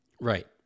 Right